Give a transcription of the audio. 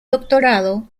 doctorado